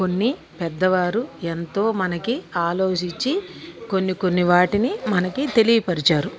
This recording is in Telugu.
కొన్నిపెద్దవారు ఎంతో మనకి ఆలోచించి కొన్ని కొన్ని వాటిని మనకి తెలియపరిచారు